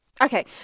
Okay